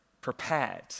prepared